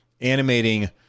animating